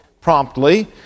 promptly